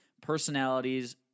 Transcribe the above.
personalities